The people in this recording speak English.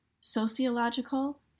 sociological